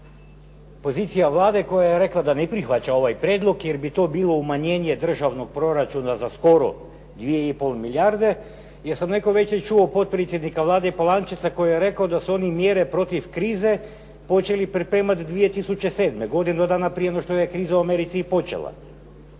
pozicija Vlade koja je rekla da ne prihvaća ovaj prijedlog, jer bi to bilo umanjenje državnog proračuna za skoro 2,5 milijarde. Ja sam neko večer čuo potpredsjednika Vlade Polančeca koji je rekao da su oni mjere protiv krize počeli pripremati 2007. godine. godinu dana prije nego što je kriza u Americi i počela.